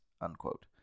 unquote